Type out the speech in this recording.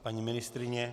Paní ministryně?